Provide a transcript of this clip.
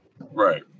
Right